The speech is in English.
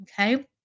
Okay